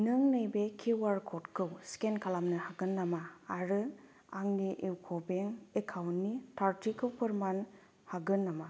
नों नैबे Q R क'डखौ स्केन खलामनो हागोन नामा आरो आंनि इउक' बेंक एकाउन्टनि थारथिखौ फोरमान हागोन नामा